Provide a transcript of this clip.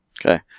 Okay